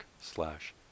slash